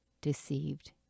deceived